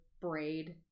braid